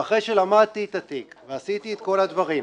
ואחרי שלמדתי את התיק ועשיתי את כל הדברים,